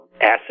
acid